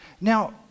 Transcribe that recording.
Now